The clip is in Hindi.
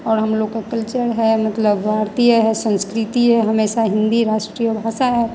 और हम लोग का कल्चर हैं मतलब भारतीय है संस्कृति है हमेशा हिन्दी राष्ट्रीय भाषा है